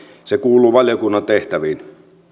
se kuuluu valiokunnan tehtäviin